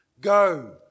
go